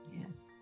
Yes